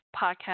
podcast